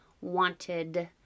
wanted